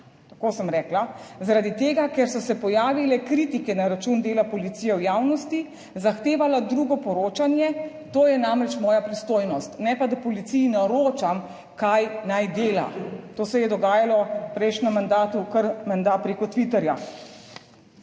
tako sem rekla, »…zaradi tega, ker so se pojavile kritike na račun dela policije v javnosti, zahtevala drugo poročanje, to je namreč moja pristojnost, ne pa, da policiji naročam, kaj naj dela.« To se je dogajalo v prejšnjem mandatu, kar menda preko Twitterja.